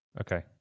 Okay